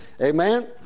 Amen